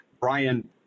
Brian